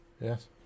Yes